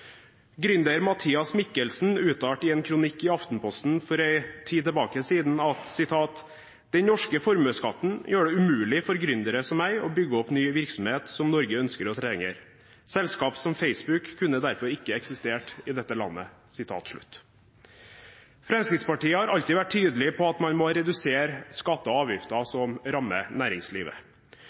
Mathias Mikkelsen uttalte i en kronikk i Aftenposten for en tid tilbake at «den norske formuesskatten gjør det umulig for gründere som meg å bygge opp ny virksomhet som Norge ønsker og trenger», og at selskap som Facebook derfor ikke kunne eksistert i dette landet. Fremskrittspartiet har alltid vært tydelig på at man må redusere skatter og avgifter som rammer næringslivet.